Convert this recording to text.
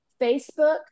Facebook